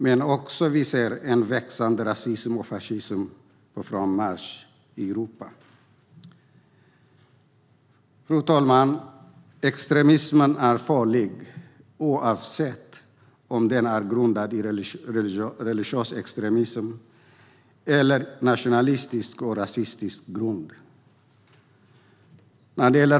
Men vi ser också en växande rasism och fascism på frammarsch i Europa. Extremismen är farlig oavsett om den har religiös eller nationalistisk och rasistisk grund.